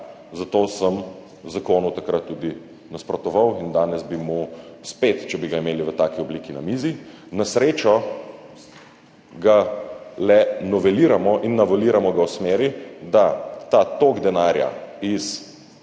Zato sem zakonu takrat tudi nasprotoval in danes bi mu spet, če bi ga imeli v taki obliki na mizi. Na srečo ga le noveliramo in noveliramo ga v smeri, da ta tok denarja od